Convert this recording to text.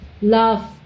Love